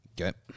okay